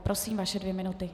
Prosím, vaše dvě minuty.